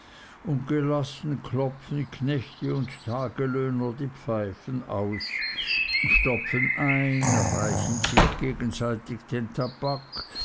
und gelassen klopfen knechte und tagelöhner die pfeifen aus stopfen ein reichen sich gegenseitig den tabak